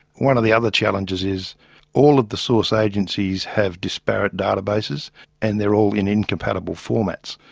one of the other challenges is all of the source agencies have disparaged databases and they are all in incompatible formats,